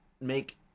make